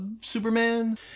Superman